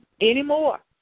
anymore